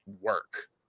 work